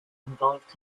involved